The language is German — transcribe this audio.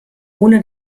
ohne